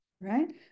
right